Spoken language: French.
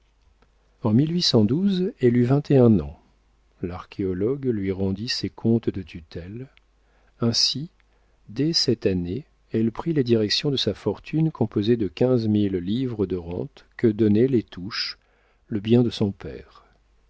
en elle eut vingt et un ans l'archéologue lui rendit ses comptes de tutelle ainsi dès cette année elle prit la direction de sa fortune composée de quinze mille livres de rente que donnaient les touches le bien de son père